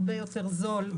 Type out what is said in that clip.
הרבה יותר זול,